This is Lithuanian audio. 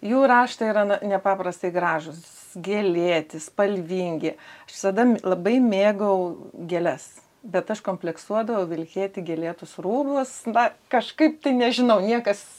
jų raštai yra ne nepaprastai gražūs gėlėti spalvingi visada labai mėgau gėles bet aš kompleksuodavau vilkėti gėlėtus rūbus va kažkaip tai nežinau niekas